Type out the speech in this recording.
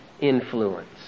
influence